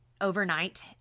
overnight